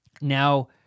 Now